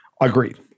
Agreed